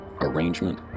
arrangement